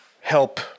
help